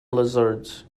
lizards